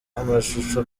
amashusho